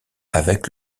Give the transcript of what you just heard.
avec